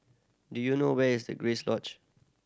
do you know where is the Grace Lodge